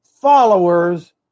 followers